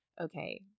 okay